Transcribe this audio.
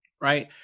right